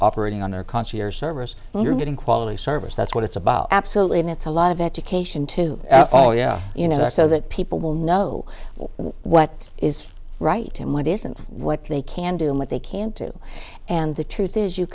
operating on their concierge service when you're getting quality service that's what it's about absolutely and it's a lot of education to all yeah you know so that people will know what is right and what isn't what they can do and what they can't do and the truth is you